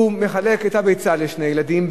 הוא מחלק את הביצה לשני ילדים.